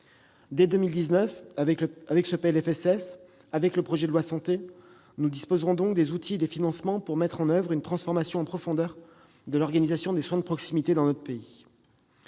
sociale, avec le projet de loi Santé, nous disposerons donc des outils et des financements pour mettre en oeuvre une transformation en profondeur de l'organisation des soins de proximité dans notre pays.